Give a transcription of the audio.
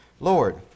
Lord